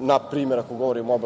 npr. ako govorim o